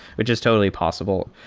which is totally possible.